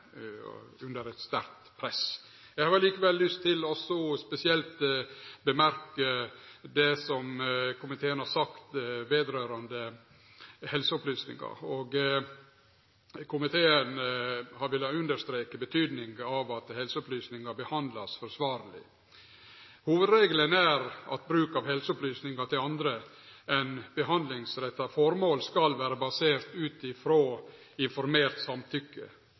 under eit sterkt press. Eg har likevel lyst til å nemne spesielt det som komiteen har sagt vedrørande helseopplysningar. Komiteen har vilja understreke verdien av at helseopplysningar vert behandla forsvarleg. Hovudregelen er at bruk av helseopplysningar til anna enn behandlingsretta formål skal vere basert ut frå informert samtykke.